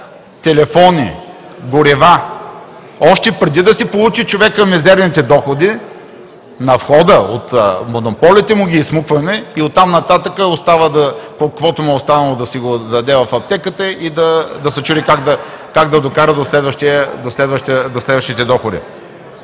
телефони, горива, още преди да си получи човекът мизерните доходи, на входа от монополите му ги изсмукваме и оттам нататък, каквото му е останало, да си го даде в аптеката и да се чуди как да докара до следващите доходи.